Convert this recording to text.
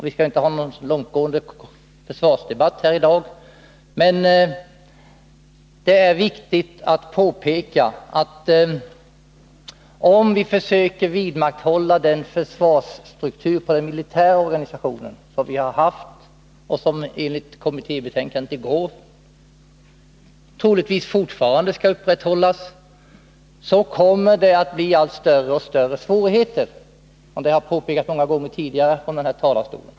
Vi skallinte ha någon långtgående försvarsdebatt här i dag, men det är viktigt att påpeka, att om vi försöker vidmakthålla den försvarsstruktur i den militära organisationen som vi har haft och som enligt detta kommittébetänkande troligtvis fortfarande skall upprätthållas, så kommer det att bli allt större svårigheter. Detta har jag påpekat många gånger tidigare från denna 6 talarstol.